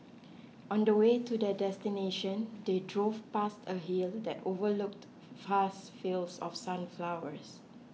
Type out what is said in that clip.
on the way to their destination they drove past a hill that overlooked vast fields of sunflowers